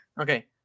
Okay